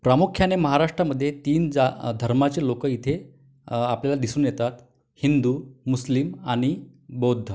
प्रामुख्याने महाराष्ट्रामध्ये तीन जा धर्माचे लोकं इथे आपल्याला दिसून येतात हिंदू मुस्लिम आणि बौद्ध